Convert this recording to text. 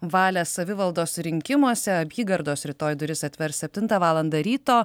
valią savivaldos rinkimuose apygardos rytoj duris atvers septintą valandą ryto